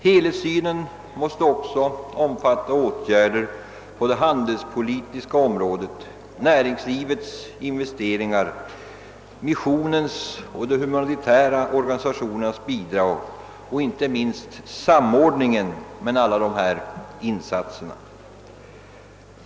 Helhetssynen måste också omfatta åtgärder på det handelspolitiska området, näringslivets investeringar, missionens och de humanitära organisationernas bidrag och inte minst samordningen mellan alla dessa insatser.